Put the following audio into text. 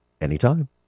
Anytime